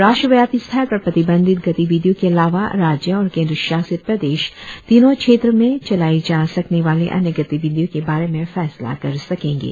राष्ट्रव्यापी स्तर पर प्रतिबंधित गतिविधियों के अलावा राज्य और केंद्र शासित प्रदेश तीनों क्षेत्रों में चलाई जा सकने वाली अन्य गतिविधियों के बारे में फैसला कर सकेंगे